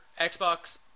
Xbox